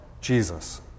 Jesus